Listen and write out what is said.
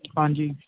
ਹਾਂਜੀ